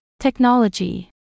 technology